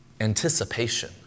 anticipation